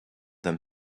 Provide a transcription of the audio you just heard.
them